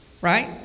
right